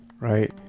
right